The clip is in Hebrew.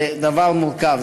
זה דבר מורכב.